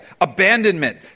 abandonment